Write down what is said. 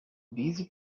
busy